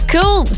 Cool